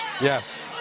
Yes